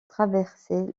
traverser